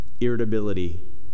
irritability